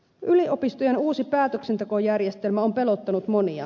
yliopistojen uusi päätöksentekojärjestelmä on pelottanut monia